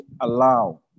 allow